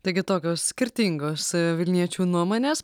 taigi tokios skirtingos vilniečių nuomonės